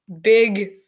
big